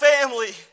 family